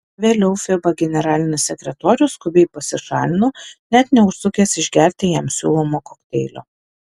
vėliau fiba generalinis sekretorius skubiai pasišalino net neužsukęs išgerti jam siūlomo kokteilio